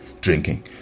drinking